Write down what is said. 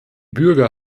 bürger